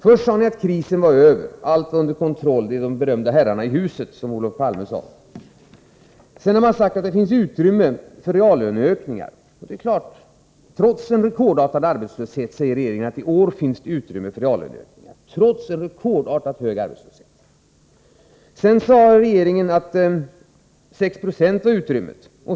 Först sade ni att krisen var över och att allt var under kontroll — det är de berömda herrarna i huset, som Olof Palme sade. Sedan har regeringen sagt — trots en rekordartat hög arbetslöshet — att i år finns det utrymme för reallöneökningar. Därefter sade regeringen att 6 96 var utrymmet.